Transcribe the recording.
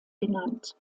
benannt